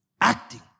acting